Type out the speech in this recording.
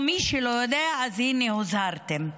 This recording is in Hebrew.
מי שלא יודע, אז הינה, הוזהרתם.